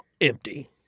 empty